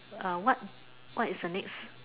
ah what what is the next